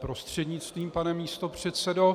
prostřednictvím, pane místopředsedo.